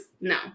No